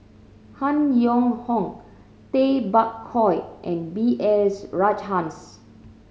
Han Yong Hong Tay Bak Koi and B S Rajhans